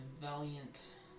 valiant